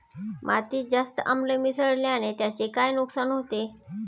मातीत जास्त आम्ल मिसळण्याने त्याचे काय नुकसान होते?